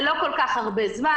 זה לא כל כך הרבה זמן.